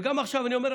וגם עכשיו אני אומר: